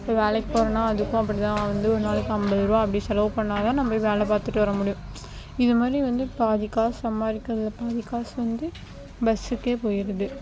ஒரு வேலைக்கு போகிறோனா அதுக்கும் அப்படிதா வந்து ஒரு நாளைக்கு அம்பதுரூபாய் அப்படி செலவு பண்ணிணாதான் நான் போய் வேலை பார்த்துட்டு வர முடியும் இது மாதிரி வந்து பாதி காசு சம்பாதிக்கிறது பாதி காசு வந்து பஸ்ஸுக்கே போயிடுது